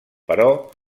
però